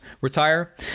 retire